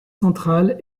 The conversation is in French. centrale